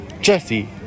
Jesse